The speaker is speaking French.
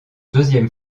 deuxième